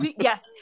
Yes